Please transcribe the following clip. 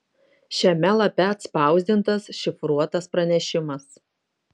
šiame lape atspausdintas šifruotas pranešimas